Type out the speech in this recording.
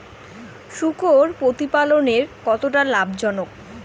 শূকর প্রতিপালনের কতটা লাভজনক?